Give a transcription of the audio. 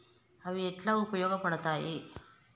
అవి ఎట్లా ఉపయోగ పడతాయి?